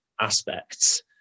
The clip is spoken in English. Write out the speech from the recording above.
aspects